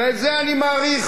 ואת זה אני מעריך.